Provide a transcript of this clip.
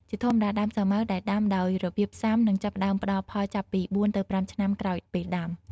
ជាធម្មតា ដើមសាវម៉ាវដែលដាំដោយរបៀបផ្សាំនឹងចាប់ផ្ដើមផ្ដល់ផលចាប់ពី៤ ទៅ ៥ ឆ្នាំក្រោយពេលដាំ។